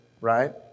right